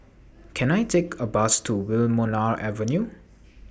Can I Take A Bus to Wilmonar Avenue